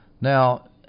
Now